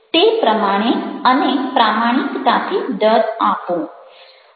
તે પ્રમાણે અને પ્રામાણિકતાથી દર આપો